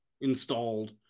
Installed